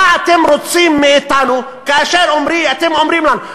מה אתם רוצים מאתנו כאשר אתם אומרים לנו,